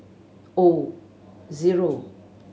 O zero